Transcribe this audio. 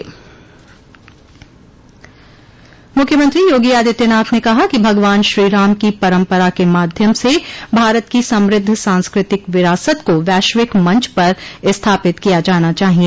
मुख्यमंत्री योगी आदित्यनाथ ने कहा कि भगवान श्रीराम की परम्परा के माध्यम से भारत की समृद्ध सांस्कृतिक विरासत को वैश्विक मंच पर स्थापित किया जाना चाहिए